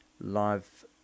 live